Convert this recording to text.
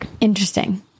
Interesting